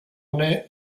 una